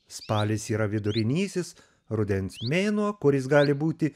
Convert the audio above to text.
spalis yra vidurinysis rudens mėnuo kuris gali būti